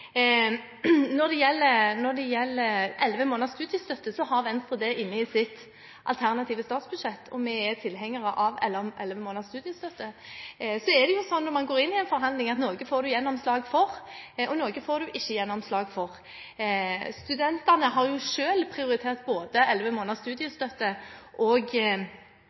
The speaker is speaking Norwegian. når det gjelder merknadsskrivingen i denne prosessen. Når det gjelder elleve måneders studiestøtte, har Venstre det inne i sitt alternative statsbudsjett. Vi er tilhengere av elleve måneders studiestøtte. Så er det jo slik at når man går inn i en forhandling, får en gjennomslag for noe, og noe får en ikke gjennomslag for. Studentene selv har prioritert elleve måneders studiestøtte og